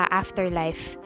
afterlife